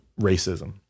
racism